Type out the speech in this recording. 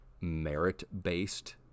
merit-based